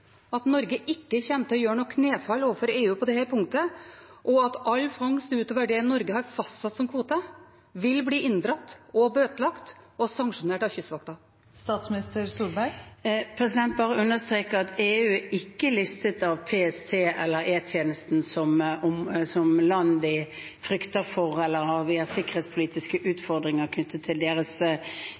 at Norge ikke kommer til å gjøre noe knefall for EU på dette punktet, og at all fangst utover det Norge har fastsatt som kvote, vil bli inndratt, bøtelagt og sanksjonert av Kystvakten? Jeg vil bare understreke at EU ikke er listet av PST eller E-tjenesten som land vi frykter for, eller at vi har sikkerhetspolitiske utfordringer knyttet til deres